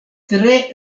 tre